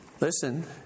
listen